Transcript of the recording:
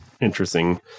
interesting